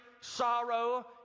sorrow